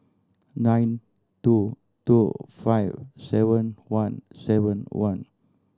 nine two two five seven one seven one